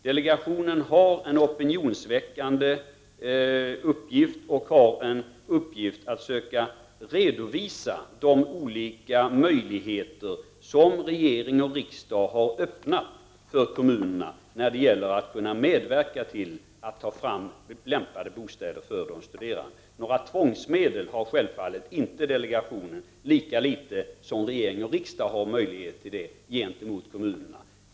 Dele gationen har en opinionsväckande uppgift och en uppgift att söka redovisa de olika möjligheter som regering och riksdag har öppnat för kommunerna att ta fram bostäder lämpade för de studerande. Några tvångsmedel gentemot kommunerna har självfallet inte delegationen, lika litet som regering och riksdag har det.